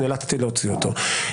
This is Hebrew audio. נאלצתי להוציא אותו.